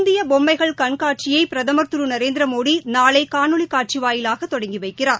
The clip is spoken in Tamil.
இந்தியபொம்மைகள் கண்காட்சியைபிரதமர் திருநரேந்திரமோடநாளைகாணொலிகாட்சிவாயிலாகதொடங்கிவைக்கிறார்